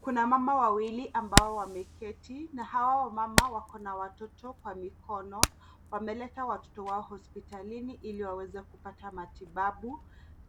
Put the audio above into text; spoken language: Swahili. Kuna mama wawili ambao wameketi na hao wamama wako na watoto kwa mikono wameleta watoto wao hospitalini ili waweze kupata matibabu